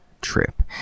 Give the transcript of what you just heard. trip